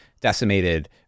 decimated